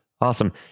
Awesome